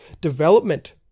development